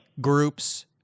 groups